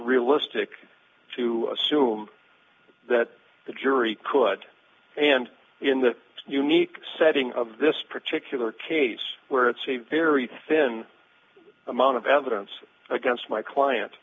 realistic to assume that the jury could and in the unique setting of this particular case where it's a very thin amount of evidence against my